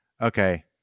okay